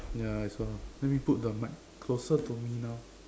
yeah I saw let me put the mic closer to me now